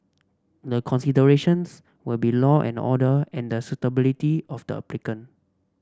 the considerations will be law and order and the suitability of the applicant